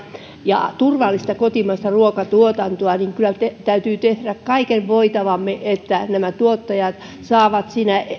ja turvallista kotimaista ruokatuotantoa niin kyllä meidän täytyy tehdä kaikki voitavamme että nämä tuottajat saavat siinä